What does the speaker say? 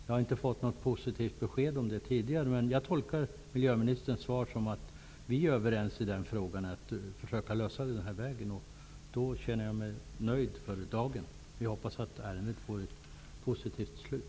Jag har inte då fått några positiva besked, men jag tolkar miljöministerns svar så att miljöministern och jag är överens om att försöka lösa frågan genom att gå en sådan väg. Jag känner mig därför nöjd för dagen och hoppas att ärendet får ett positivt slut.